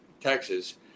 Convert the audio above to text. Texas